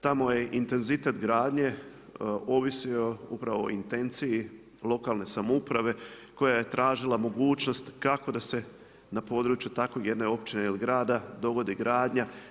Tamo je intenzitet gradnje ovisio upravo o intenciji lokalne samouprave koja je tražila mogućnost kako da se na području takve jedne općine ili grada uvodi gradnja.